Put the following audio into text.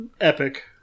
epic